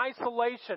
isolation